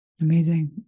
Amazing